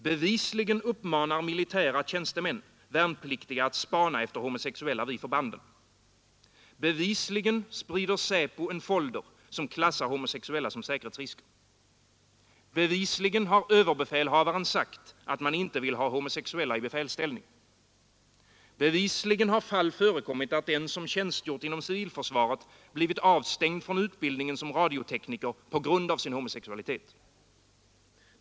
Bevisligen uppmanar militära tjänstemän värnpliktiga att spana efter homosexuella vid förbanden. Bevisligen sprider SÄPO en folder, som klassar homosexuella som säkerhetsrisker. Bevisligen har överbefälhavaren sagt att man inte vill ha homosexuella i befälsställning. Bevisligen har fall förekommit, där den som tjänstgjort inom civilförsvaret blivit avstängd från utbildning till radiotekniker på grund av sin homosexualitet.